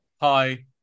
Hi